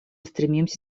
стремимся